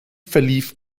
verlief